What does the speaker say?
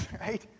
right